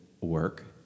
work